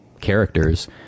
characters